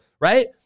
right